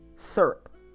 syrup